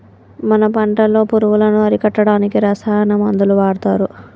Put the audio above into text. మన పంటలో పురుగులను అరికట్టడానికి రసాయన మందులు వాడతారు